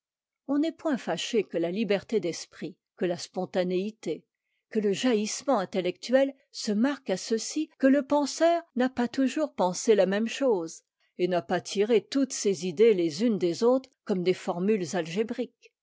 on n'est point fâché que la liberté d'esprit que la spontanéité que le jaillissement intellectuel se marque à ceci que le penseur n'a pas toujours pensé la même chose et n'a pas tiré toutes ses idées les unes des autres comme des formules algébriques